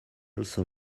also